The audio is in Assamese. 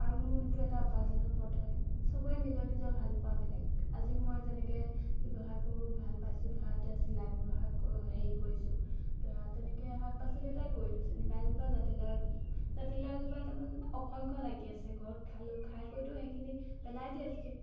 আৰু মোৰ এইটো এটা উপাৰ্জনৰ পথ হয় চবৰে নিজৰ নিজৰ ভাল পোৱা বেলেগ আজি মই যেনেকৈ ব্যৱহাৰ কৰোঁ ভাল পাইছোঁ ধৰা এতিয়া চিলাই ব্যৱসায় হেৰি কৰিছোঁ ধৰা তেনেকৈ শাক পাচলি এটাই কৰিলোঁ যেনিবা বা জাতিলাও দিলোঁ জাতিলাওজোপা তাৰমানে অসংখ্য লাগি আছে ঘৰত খালোঁ খাই কৰিতো সেইখিনি পেলাই দিয়ে